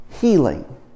healing